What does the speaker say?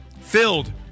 filled